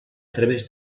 través